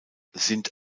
sind